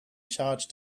charged